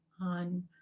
on